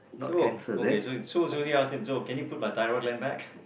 so okay so susan ask him so can you put my thyroid gland back